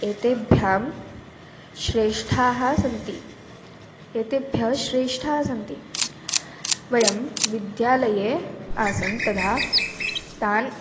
एतेभ्यां श्रेष्ठाः सन्ति एतेभ्यः श्रेष्ठाः सन्ति वयं विद्यालये आसन् तदा तान्